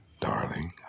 darling